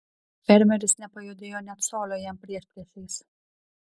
fermeris nepajudėjo nė colio jam priešpriešiais